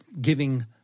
giving